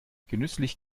genüsslich